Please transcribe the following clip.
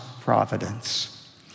providence